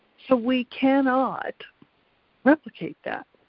so we cannot replicate that,